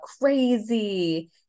crazy